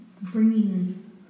bringing